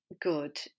good